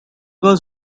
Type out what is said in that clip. was